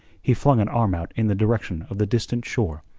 he flung an arm out in the direction of the distant shore.